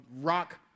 rock